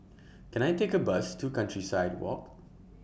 Can I Take A Bus to Countryside Walk